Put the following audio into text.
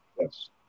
Yes